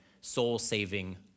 soul-saving